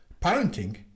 parenting